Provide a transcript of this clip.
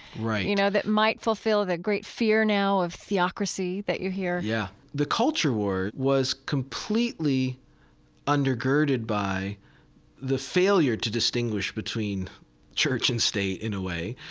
you know, that might fulfill that great fear now of theocracy that you hear yeah. the culture war was completely undergirded by the failure to distinguish between church and state, in a way,